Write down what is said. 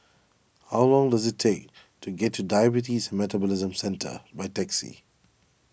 how long does it take to get to Diabetes Metabolism Centre by taxi